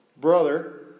brother